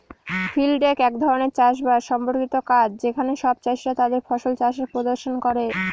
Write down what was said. field day এক ধরনের চাষ বাস সম্পর্কিত কাজ যেখানে সব চাষীরা তাদের ফসল চাষের প্রদর্শন করে